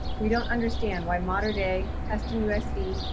we don't understand why mater dei, tustin usd,